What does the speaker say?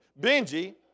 Benji